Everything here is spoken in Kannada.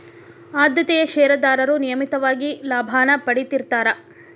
ಆದ್ಯತೆಯ ಷೇರದಾರರು ನಿಯಮಿತವಾಗಿ ಲಾಭಾನ ಪಡೇತಿರ್ತ್ತಾರಾ